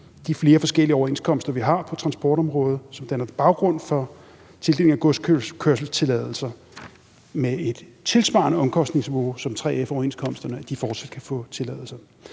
forskellige overenskomster, vi har på transportområdet, som danner baggrund for tildeling af godskørselstilladelser med et tilsvarende omkostningsniveau som 3F-overenskomsterne, fortsat kan udløse tilladelser.